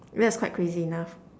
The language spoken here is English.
that was quite crazy enough